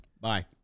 Bye